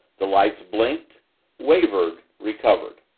the lights blinked wavered recovered.